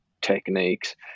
techniques